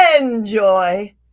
enjoy